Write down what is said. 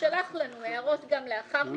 ושלח לנו הערות גם לאחר מכן,